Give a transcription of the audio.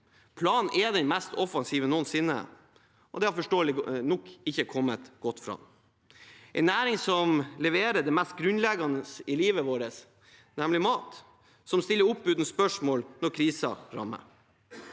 jordbruket den mest offensive noensinne, og det har forståelig nok ikke kommet godt fram. Dette er en næring som leverer det mest grunnleggende i livet vårt, nemlig mat, og som stiller opp uten spørsmål når kriser rammer.